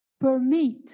permit